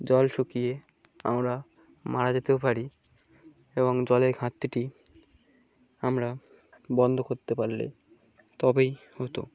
জল শুকিয়ে আমরা মারা যেতে পারি এবং জলের ঘাাততিটি আমরা বন্ধ করতে পারলে তবেই হতো